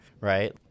Right